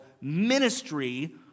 ministry